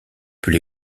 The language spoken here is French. peut